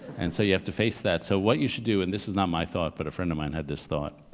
and so you have to face that. so what you should do, and this is not my thought, but a friend of mine had this thought,